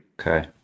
Okay